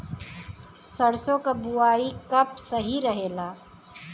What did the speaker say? सरसों क बुवाई कब सही रहेला?